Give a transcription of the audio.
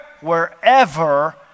Wherever